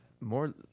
more